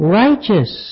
righteous